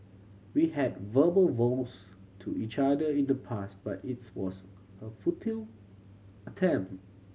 we had verbal vows to each other in the past but it's was a futile attempt